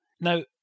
Now